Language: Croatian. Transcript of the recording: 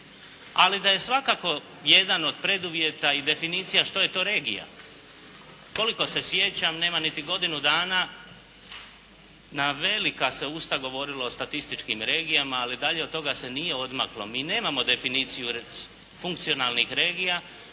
ali da je svakako jedan od preduvjeta i definicija što je to regija. Koliko se sjećam nema niti godinu dana, na velika se usta govorilo o statističkim regijama, ali dalje od toga se nije odmaklo. Mi nemamo definiciju funkcionalnih regija,